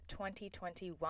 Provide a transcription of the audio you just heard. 2021